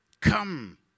come